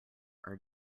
are